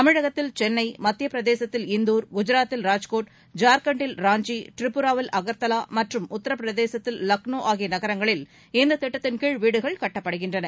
தமிழகத்தில் சென்னை மத்தியப்பிரதேசத்தில் இந்தூர் குஜராத்தில் ராஜ்கோட் ஜர்க்கண்டில் ராஞ்சி திரிபுராவில் அகர்தலா மற்றும் உத்தரப்பிரதேசத்தில் லக்னோ ஆகிய நகரங்களில் இத்திட்டத்தின்கீழ் வீடுகள் கட்டப்படுகின்றன